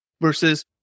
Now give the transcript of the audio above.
versus